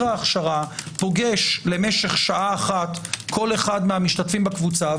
ההכשרה פוגש למשך שעה אחת כל אחד מהמשתתפים בקבוצה,